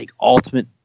ultimate